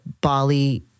Bali